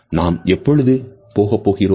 நாம் எப்பொழுது போகப்போகிறோம்